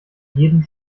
jeden